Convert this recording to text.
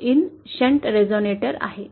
मधील shunt resonator आहे